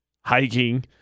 hiking